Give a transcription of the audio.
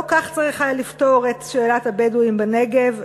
לא כך צריך לפתור את שאלת הבדואים בנגב,